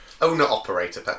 Owner-operator